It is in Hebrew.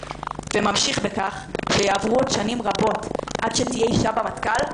וממשיך בכך שיעברו עוד שנים רבות עד שתהיה אישה במטכ"ל,